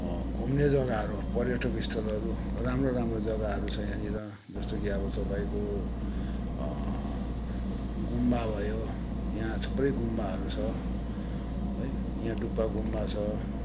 घुम्ने जग्गाहरू पर्यटक स्थलहरू राम्रो राम्रो जग्गाहरू छ यहाँनिर जस्तो कि अब तपाईँको गुम्बा भयो यहाँ थुप्रै गुम्बाहरू छ है यहाँ डुक्पा गुम्बा छ